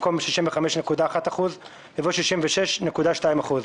במקום "65.1%" יבוא "66.2%".